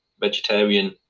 vegetarian